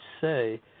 say